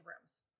rooms